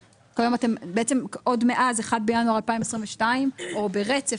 בעצם עוד מאז 1 בינואר 2022 או ברצף,